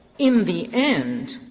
in the end,